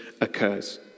occurs